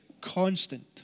constant